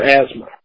asthma